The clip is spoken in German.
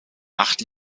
acht